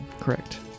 Correct